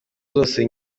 zose